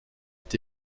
est